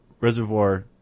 reservoir